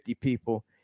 people